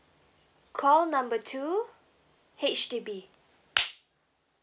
call number two H_D_B